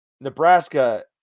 nebraska